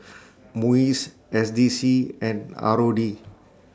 Muis S D C and R O D